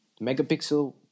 Megapixel